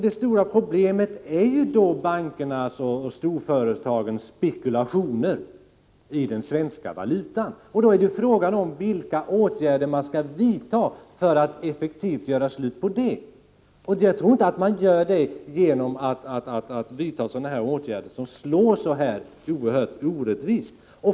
Det stora problemet är då bankernas och storföretagens spekulationer i den svenska valutan. Då är det fråga om vilka åtgärder som skall vidtas för att effektivt göra slut på detta. Jag tror inte att det lämpligaste är att vidta åtgärder av det ifrågavarande slaget, som slår så oerhört orättvist.